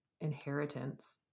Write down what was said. inheritance